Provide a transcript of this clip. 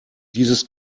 dieses